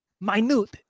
minute